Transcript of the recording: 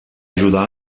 ajudar